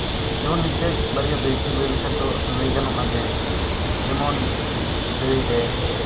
ᱡᱮᱢᱚᱱ ᱢᱤᱫᱴᱮᱡ ᱵᱟᱨᱭᱟ ᱫᱟᱹᱭᱠᱟᱹ ᱞᱟᱹᱭ ᱞᱮᱠᱷᱟᱡ ᱫᱚ ᱞᱟᱹᱭ ᱜᱟᱱᱚᱜᱼᱟ ᱡᱮ ᱡᱮᱢᱚᱱ ᱫᱟᱹᱭ ᱨᱮ